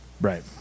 Right